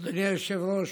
אדוני היושב-ראש,